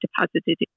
deposited